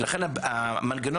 לכן המנגנון